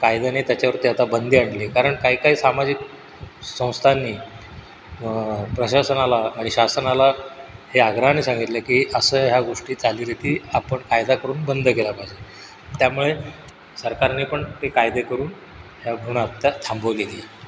कायद्याने त्याच्यावरती आता बंदी आणली कारण काहीकाही सामाजिक संस्थांनी प्रशासनाला आणि शासनाला हे आग्रहाने सांगितलं की असं ह्या गोष्टी चालीरीती आपण कायदा करून बंद केल्या पाहिजेत त्यामुळे सरकारने पण हे कायदे करून ह्या भ्रूणहत्या थांबवलेली आहे